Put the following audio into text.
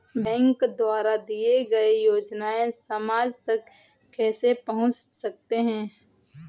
Bank द्वारा दिए गए योजनाएँ समाज तक कैसे पहुँच सकते हैं?